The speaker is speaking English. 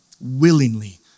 willingly